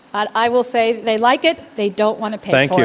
i will say they like it. they don't want to pay